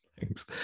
Thanks